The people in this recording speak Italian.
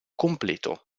completo